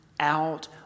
Out